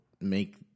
make